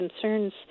concerns